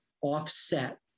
offset